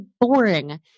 boring